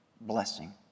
blessing